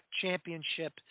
championship